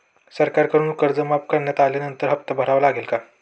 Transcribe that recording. सरकारकडून कर्ज माफ करण्यात आल्यानंतर हप्ता भरावा लागेल का?